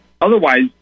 Otherwise